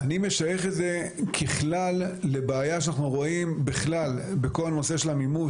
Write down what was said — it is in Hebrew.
אני משייך את זה ככלל לבעיה שאנחנו רואים בכלל בכל הנושא של המימוש,